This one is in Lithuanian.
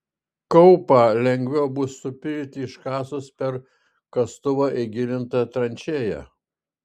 kaupą lengviau bus supilti iškasus per kastuvą įgilintą tranšėją